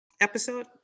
episode